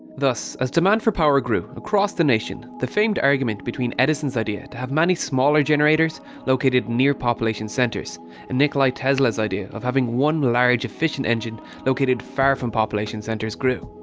thus as demand for power grew across the nation the famed argument between edison's idea to have many smaller generators located near population centres and nicolas tesla's idea of having one large efficient engine located far from population centres grew.